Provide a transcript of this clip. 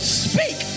speak